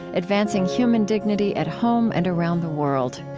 advancing human dignity at home and around the world.